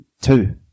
Two